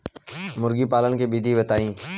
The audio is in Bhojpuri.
मुर्गी पालन के विधि बताई?